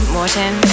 Morton